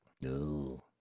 No